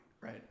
Right